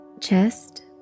chest